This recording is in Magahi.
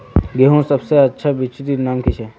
गेहूँर सबसे अच्छा बिच्चीर नाम की छे?